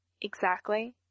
Exactly